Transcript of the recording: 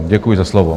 Děkuji za slovo.